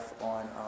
on